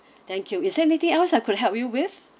thank you is there anything else I could help you with